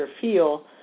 feel